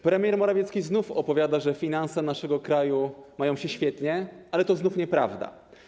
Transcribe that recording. Premier Morawiecki znów opowiada, że finanse naszego kraju mają się świetnie, ale to znów nieprawda.